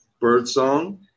birdsong